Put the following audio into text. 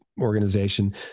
Organization